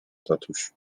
tatuś